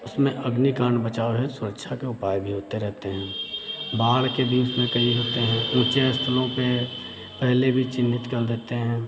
उसमें अग्नि कांड बचाव है सुरक्षा के उपाय भी होते रहते हैं बाढ़ के भी उसमें कई होते हैं ऊँचे स्थलों पे पहले भी चिह्नित कर देते हैं